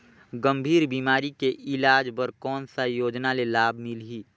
गंभीर बीमारी के इलाज बर कौन सा योजना ले लाभ मिलही?